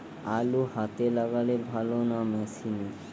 আলু হাতে লাগালে ভালো না মেশিনে?